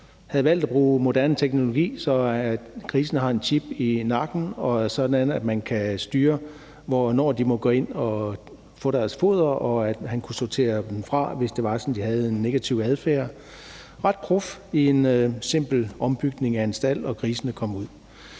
og valgt at bruge moderne teknologi, så grisene har en chip i nakken, sådan at man kan styre, hvornår de må gå ind og få deres foder, og han kunne sortere dem fra, hvis de havde en negativ adfærd. Det var ret prof i en simpel ombygning af en stald – og grisene kom ud.